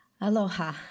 Aloha